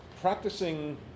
practicing